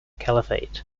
caliphate